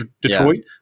Detroit